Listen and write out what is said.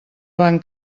van